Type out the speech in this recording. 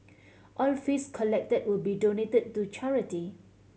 all fees collected will be donated to charity